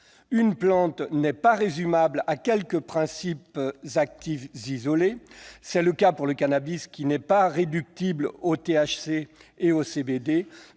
une plante ne peut pas être résumée à quelques principes actifs isolés. C'est le cas pour le cannabis, qui n'est pas réductible au THC et au CBD,